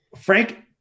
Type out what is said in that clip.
Frank